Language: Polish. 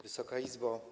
Wysoka Izbo!